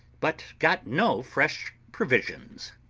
but got no fresh provisions.